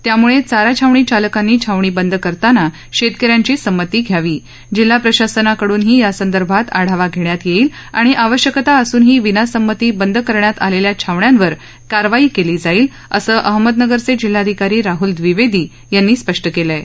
त्यामुळे चारा छावणी चालकांनी छावणी बंद करताना शेतकऱ्यांची संमती घ्यावी जिल्हा प्रशासनाकडुनही यासंदर्भात आढावा घेण्यात येईल आणि आवश्यकता असूनही विनासंमती बंद करण्यात आलेल्या छावण्यांवर कारवाई केली जाईल असं अहमदनगरचे जिल्हाधिकारी राहूल द्विवेदी यांनी स्पष्ट केलं आहे